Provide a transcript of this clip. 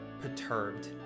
perturbed